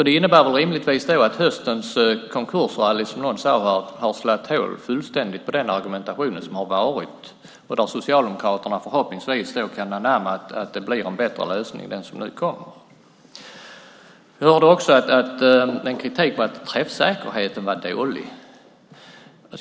Det innebär rimligtvis, som någon sade tidigare, att höstens konkurser fullständigt slagit hål på den tidigare argumentationen. Förhoppningsvis kan Socialdemokraterna därmed inse att den lösning som nu kommer är bättre. Vi hörde också kritik mot träffsäkerheten, att den var dålig.